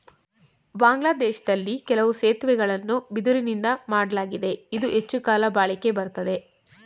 ಬಾಂಗ್ಲಾದೇಶ್ದಲ್ಲಿ ಕೆಲವು ಸೇತುವೆಗಳನ್ನ ಬಿದಿರುನಿಂದಾ ಮಾಡ್ಲಾಗಿದೆ ಇದು ಹೆಚ್ಚುಕಾಲ ಬಾಳಿಕೆ ಬರ್ತದೆ